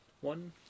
one